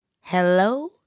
Hello